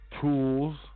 tools